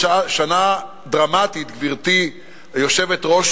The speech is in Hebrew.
גברתי היושבת-ראש,